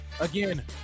again